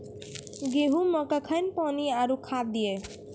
गेहूँ मे कखेन पानी आरु खाद दिये?